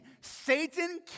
Satan